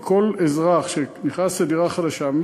כי כל אזרח שנכנס לדירה חדשה,